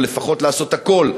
או לפחות לעשות הכול,